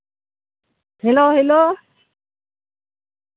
hello hello